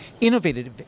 innovative